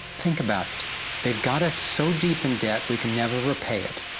think about it they've got us so deep in debt we can never repay it.